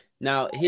Now